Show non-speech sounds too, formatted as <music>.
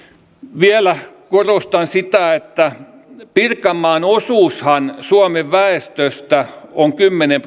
vielä korostan sitä että pirkanmaan osuushan suomen väestöstä on kymmenen <unintelligible>